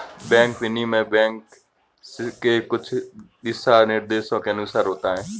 bank विनिमय bank के कुछ दिशानिर्देशों के अनुसार होता है